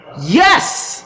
Yes